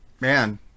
man